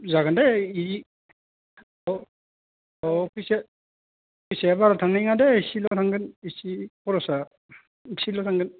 जागोनदे इ फैसाया फैसाया बारा थांनाय नङा दे एसेल' थांगोन इसे खर'सा एसेल' थांगोन